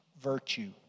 virtue